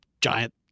giant